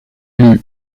eut